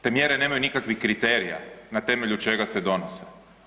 Te mjere nemaju nikakvih kriterija na temelju čega se donose.